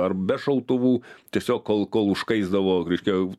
ar be šautuvų tiesiog tol kol užkaisdavo reiškia